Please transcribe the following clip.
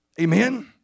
Amen